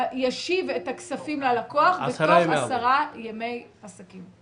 ישיב את הכספים ללקוח בתוך עשרה ימי עסקים.